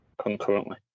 concurrently